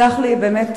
תסלח לי באמת,